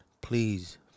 please